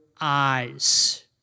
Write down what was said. eyes